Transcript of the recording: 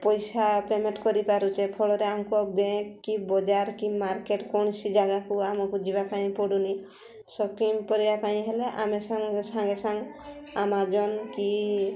ପଇସା ପେମେଣ୍ଟ କରିପାରୁଛେ ଫଳରେ ବ୍ୟାଙ୍କ କି ବଜାର କି ମାର୍କେଟ କୌଣସି ଜାଗାକୁ ଆମକୁ ଯିବା ପାଇଁ ପଡ଼ୁନି ସପିଂ କରିବା ପାଇଁ ହେଲେ ଆମେ ସାଙ୍ଗେ ସାଙ୍ଗ ଆମାଜନ୍ କି